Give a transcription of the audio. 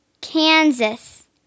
Kansas